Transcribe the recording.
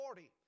40